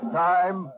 time